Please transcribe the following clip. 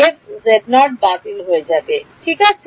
f বাতিল করে ঠিক আছে